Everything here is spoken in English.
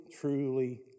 truly